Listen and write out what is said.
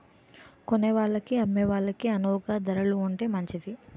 కొనేవాళ్ళకి అమ్మే వాళ్ళకి అణువుగా ధరలు ఉంటే మంచిది